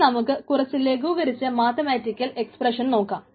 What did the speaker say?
ഇനി നമുക്ക് കുറിച്ച് ലഘൂകരിച്ച മാത്തമാറ്റിക്കൽ എക്സ്പ്രഷൻ നോക്കാം